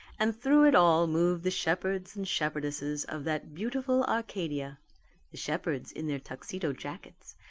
and through it all moved the shepherds and shepherdesses of that beautiful arcadia the shepherds in their tuxedo jackets,